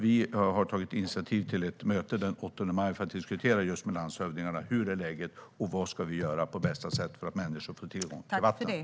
Vi har tagit initiativ till mötet den 8 maj för att diskutera med landshövdingarna hur läget är och vad vi ska göra för att människor på bästa sätt ska få tillgång till vatten.